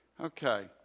okay